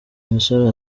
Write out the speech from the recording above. musore